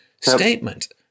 statement